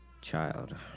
child